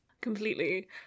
Completely